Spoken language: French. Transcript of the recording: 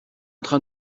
train